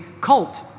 cult